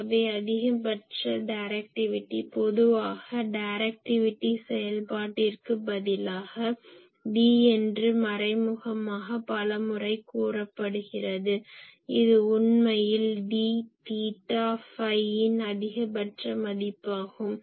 ஆகவே அதிகபட்ச டைரக்டிவிட்டி பொதுவாக டைரக்டிவிட்டி செயல்பாட்டிற்கு பதிலாக D என்று மறைமுகமாக பல முறை கூறப்படுகிறது இது உண்மையில் Dதீட்டா ஃபை யின் அதிகபட்ச மதிப்பு ஆகும்